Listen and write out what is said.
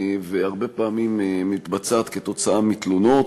והרבה פעמים מתבצעת כתוצאה מתלונות.